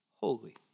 holy